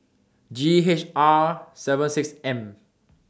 G H R seven six M